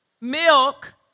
milk